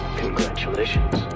congratulations